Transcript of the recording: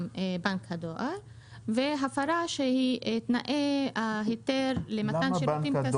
בנק הדואר והפרה של תנאי ההיתר למתן שירותים כספיים.